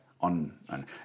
on